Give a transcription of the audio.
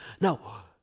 Now